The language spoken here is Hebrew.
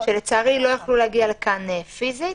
שלצערי לא יכלו להגיע לכאן פיזית.